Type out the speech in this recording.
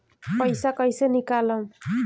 पैसा कैसे निकालम?